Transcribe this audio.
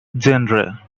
genre